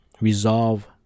resolve